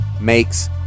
Makes